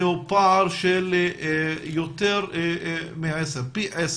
זה הוא פער של יותר מפי 10